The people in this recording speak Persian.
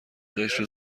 قشر